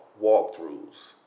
walkthroughs